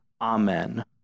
Amen